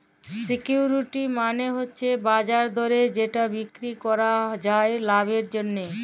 security মালে হচ্যে বাজার দরে যেটা বিক্রি করাক যায় লাভের জন্যহে